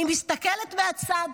אני מסתכלת מהצד,